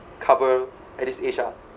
cover at this age ah